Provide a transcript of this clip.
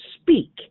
speak